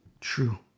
True